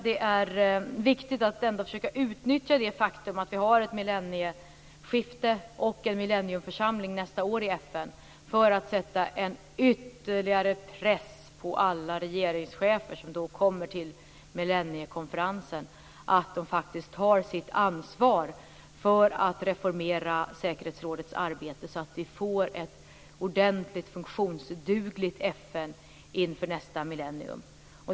Det är viktigt att ändå försöka utnyttja det faktum att vi har ett millennieskifte och en millennieförsamling nästa år i FN för att sätta en ytterligare press på alla regeringschefer som då kommer till millenniekonferensen att de faktiskt tar sitt ansvar för att reformera säkerhetsrådets arbete, så att vi får ett ordentligt funktionsdugligt FN inför nästa millennium.